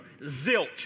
Zilch